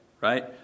right